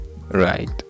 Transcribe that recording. right